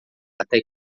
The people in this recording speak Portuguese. até